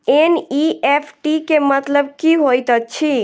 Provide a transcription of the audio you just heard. NEFT केँ मतलब की होइत अछि?